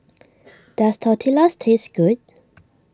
does Tortillas taste good